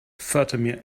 fatima